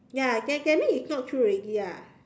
ya that that means it's not true already ah